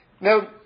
Now